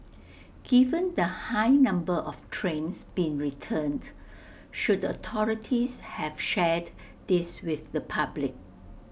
given the high number of trains being returned should the authorities have shared this with the public